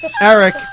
Eric